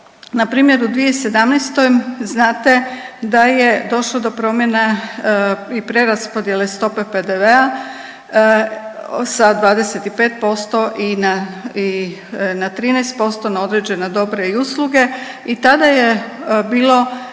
na primjer u 2017. znate da je došlo do promjene i preraspodjele stope PDV-a sa 25% i na 13% na određena dobra i usluge i tada je bilo